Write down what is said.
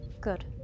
Good